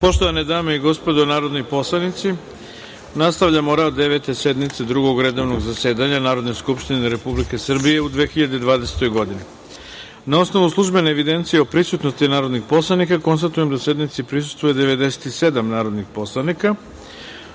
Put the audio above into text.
Poštovane dame i gospodo narodni poslanici, nastavljamo rad Devete sednice Drugog redovnog zasedanja Narodne skupštine Republike Srbije u 2020. godini. Na osnovu službene evidencije o prisutnosti narodnih poslanika, konstatujem da sednici prisustvuje 97 narodnih poslanika. Radi